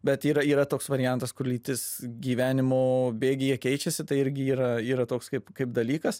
bet yra yra toks variantas kur lytis gyvenimo bėgyje keičiasi tai irgi yra yra toks kaip kaip dalykas